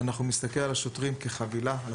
אנחנו מסתכלים על השוטר כחבילה,